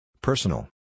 Personal